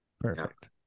perfect